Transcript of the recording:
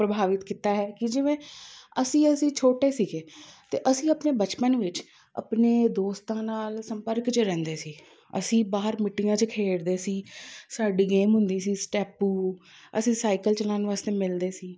ਪ੍ਰਭਾਵਿਤ ਕੀਤਾ ਹੈ ਕਿ ਜਿਵੇਂ ਅਸੀਂ ਅਸੀਂ ਛੋਟੇ ਸੀਗੇ ਅਤੇ ਅਸੀਂ ਆਪਣੇ ਬਚਪਨ ਵਿੱਚ ਆਪਣੇ ਦੋਸਤਾਂ ਨਾਲ ਸੰਪਰਕ 'ਚ ਰਹਿੰਦੇ ਸੀ ਅਸੀਂ ਬਾਹਰ ਮਿੱਟੀਆਂ 'ਚ ਖੇਡਦੇ ਸੀ ਸਾਡੀ ਗੇਮ ਹੁੰਦੀ ਸੀ ਸਟੈਪੂ ਅਸੀਂ ਸਾਈਕਲ ਚਲਾਉਣ ਵਾਸਤੇ ਮਿਲਦੇ ਸੀ